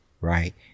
right